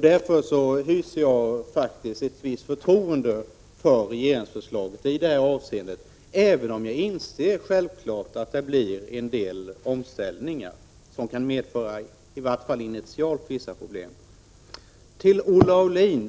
Därför hyser jag ett visst förtroende för regeringsförslaget i det här avseendet, även om jag självfallet inser att det blir en del omställningar som i | varje fall initialt kan medföra vissa problem. Till Olle Aulin